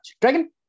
Dragon